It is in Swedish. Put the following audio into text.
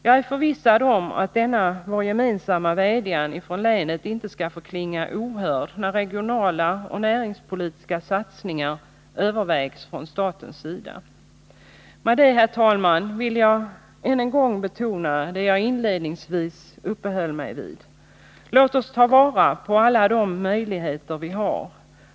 Jag är förvissad om att denna vår gemensamma vädjan från länet inte skall förklinga ohörd när regionala och näringspolitiska satsningar övervägs från statens sida. Med det, herr talman, vill jag än en gång betona det jag inledningsvis uppehöll mig vid. Låt oss ta vara på alla de möjligheter vi har.